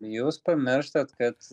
jūs pamirštat kad